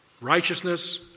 righteousness